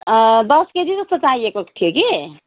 दस केजी जस्तो चाहिएको थियो कि